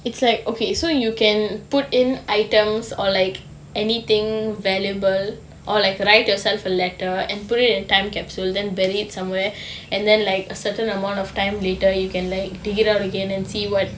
it's like okay so you can put in items or like anything valuable or like write yourself a letter and put it in time capsule then bury it somewhere and then like a certain amount of time later you can like to take it out again and see [what]